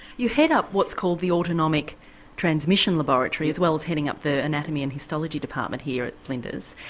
you head up what is called the autonomic transmission laboratory as well as heading up the anatomy and histology department here at flinders.